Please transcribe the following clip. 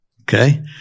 Okay